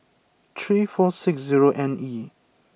three four six zero N E